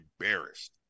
embarrassed